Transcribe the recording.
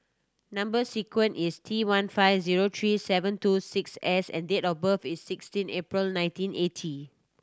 number sequence is T one five zero three seven two six S and date of birth is sixteen April nineteen eighty